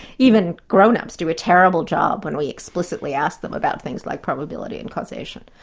even grown-ups do a terrible job when we explicitly ask them about things like probability and causation.